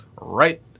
right